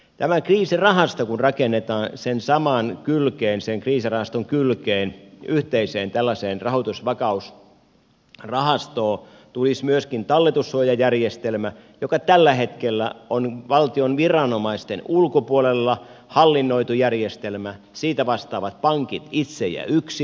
tämä kriisirahasto kun rakennetaan niin sen kriisirahaston kylkeen tällaiseen yhteiseen rahoitusvakausrahastoon tulisi myöskin talletussuojajärjestelmä joka tällä hetkellä on valtion viranomaisten ulkopuolella hallinnoitu järjestelmä ja josta vastaavat pankit itse ja yksin nyt